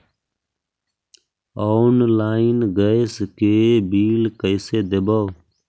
Online gas के bill कैसे देबै?